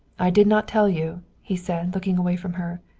i did not tell you, he said, looking away from her.